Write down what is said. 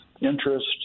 interest